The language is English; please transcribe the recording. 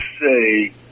say